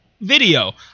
Video